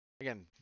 again